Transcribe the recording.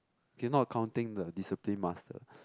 okay no accounting the discipline master